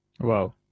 Wow